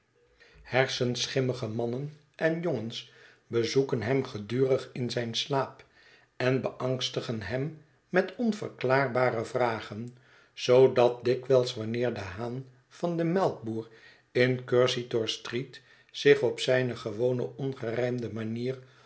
hersenschimmige mannen en jongens bezoeken hem gedurig in zijn slaap en beangstigen hem met onverklaarbare vragen zoodat dikwijls wanneer de haan van den melkboer in cursitor street zich op zijne gewone ongerijmde manier